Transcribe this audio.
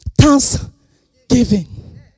Thanksgiving